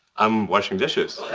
i'm washing dishes.